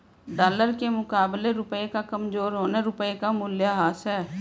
dollar के मुकाबले रुपए का कमज़ोर होना रुपए का मूल्यह्रास है